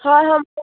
হয় হয়